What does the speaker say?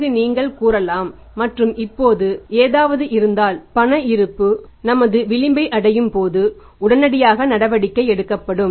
பிறகு நீங்கள் கூறலாம் மற்றும் இதுபோன்று ஏதாவது இருந்தால் பண இருப்பு நமது விளிம்பை அடையும் போது உடனடியாக நடவடிக்கை எடுக்கப்படும்